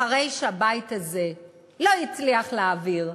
אחרי שהבית הזה לא הצליח להעביר,